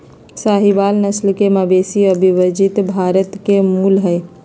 साहीवाल नस्ल के मवेशी अविभजित भारत के मूल हई